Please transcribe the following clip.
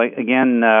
again